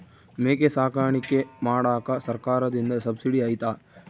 ಮೇಕೆ ಸಾಕಾಣಿಕೆ ಮಾಡಾಕ ಸರ್ಕಾರದಿಂದ ಸಬ್ಸಿಡಿ ಐತಾ?